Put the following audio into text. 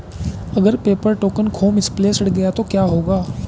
अगर paper token खो misplaced गया तो क्या होगा?